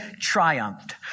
triumphed